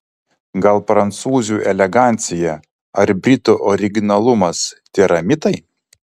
gal prancūzių elegancija ar britų originalumas tėra mitai